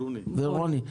ברוני,